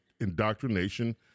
indoctrination